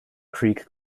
creek